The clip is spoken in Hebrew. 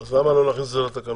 אז למה לא להכניס את זה לתקנות?